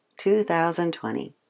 2020